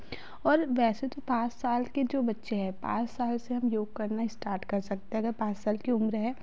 और वैसे तो जो पाँच साल के जो बच्चे हैं पाँच साल से हम योग करना स्टार्ट कर सकते हैं अगर पाँच की उम्र है